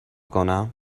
کنم